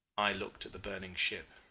i looked at the burning ship.